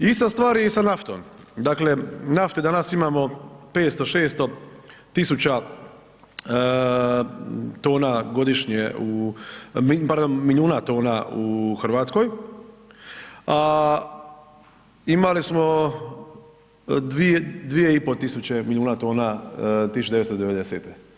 Ista stvar je i sa naftom, dakle, nafte danas imamo 500, 600 000 tona godišnje, pardon milijun tona u Hrvatskoj a imali smo 2,5 milijuna tona 1990.